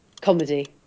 Comedy